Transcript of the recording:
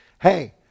hey